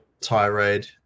tirade